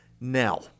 Now